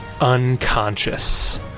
unconscious